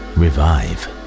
revive